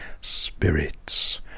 spirits